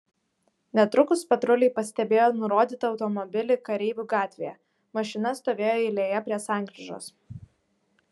netrukus patruliai pastebėjo nurodytą automobilį kareivių gatvėje mašina stovėjo eilėje prie sankryžos